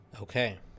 Okay